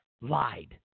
lied